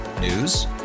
News